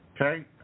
Okay